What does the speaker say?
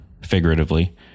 figuratively